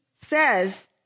says